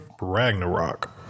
Ragnarok